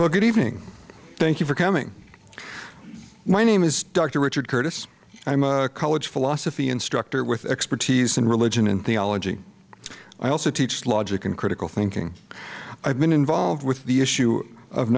good evening thank you for coming my name is dr richard curtis i'm a college philosophy instructor with expertise in religion and theology i also teach logic and critical thinking i've been involved with the issue of